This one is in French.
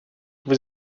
vous